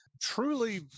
Truly